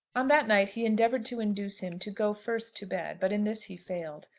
on that night he endeavoured to induce him to go first to bed, but in this he failed.